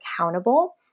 accountable